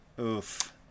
Oof